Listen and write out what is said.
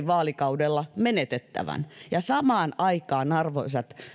vaalikaudella menetettävän samaan aikaan arvoisat